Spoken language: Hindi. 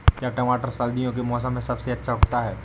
क्या टमाटर सर्दियों के मौसम में सबसे अच्छा उगता है?